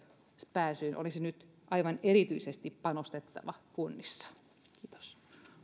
pääsyyn olisi nyt aivan erityisesti panostettava kunnissa kiitos